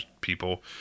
people